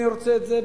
אני רוצה את זה,